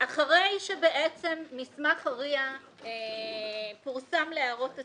אחרי שבעצם מסמך ה-RIA פורסם להערות הציבור,